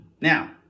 Now